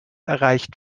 erreicht